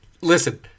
Listen